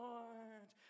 Lord